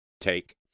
take